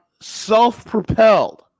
self-propelled